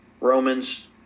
Romans